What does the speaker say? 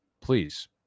please